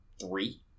three